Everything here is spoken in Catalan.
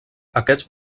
aquests